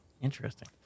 Interesting